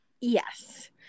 Yes